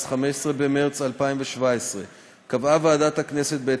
1,300 סטודנטים בנגב ובגליל, של חברי הכנסת איציק